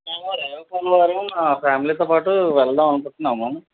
మేము రేపు వారం ఫ్యామిలీతో పాటు వెళదాం అనుకుంటున్నాము